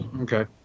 Okay